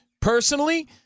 personally